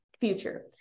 future